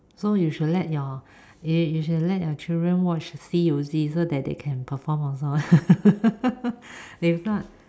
so you should let your you should let your children watch 西游记 so they can perform also if not